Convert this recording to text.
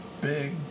big